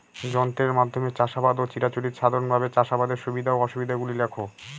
যন্ত্রের মাধ্যমে চাষাবাদ ও চিরাচরিত সাধারণভাবে চাষাবাদের সুবিধা ও অসুবিধা গুলি লেখ?